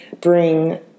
bring